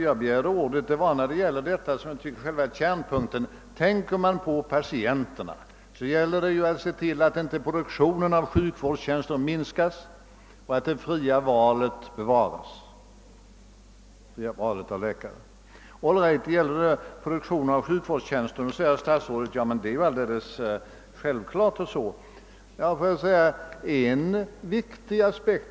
Jag begärde ordet för att kommentera själva kärnpunkten, nämligen att det med tanke på patienterna gäller att se till att produktionen av sjukvårdstjänster inte minskas och att det fria valet av läkare bevaras. Statsrådet säger att det är alldeles självklart att produktionen av sjukvårdstjänster inte får minska.